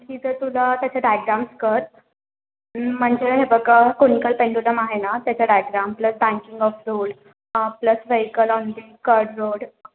आणखी जर तुला त्याचे डायग्राम्स कर म्हणजे हे बघ कुनिकल पेंडुलम आहे ना त्याच्या diagrams plus banking of plus vehicle on curved road